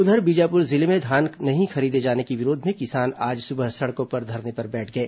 उधर बीजापुर जिले में धान नहीं खरीदे जाने के विरोध में किसान आज सुबह सड़कों पर धरने पर बैठ गए